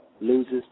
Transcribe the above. loses